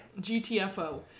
GTFO